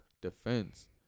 defense